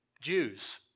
Jews